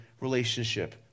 relationship